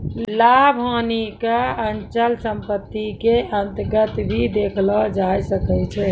लाभ हानि क अचल सम्पत्ति क अन्तर्गत भी देखलो जाय सकै छै